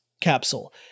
capsule